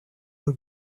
are